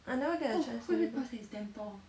I never get the chance to